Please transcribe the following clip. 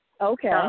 Okay